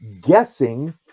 guessing